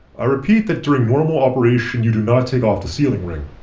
i repeat that during normal operation you do not take off the sealing ring.